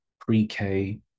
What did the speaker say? pre-K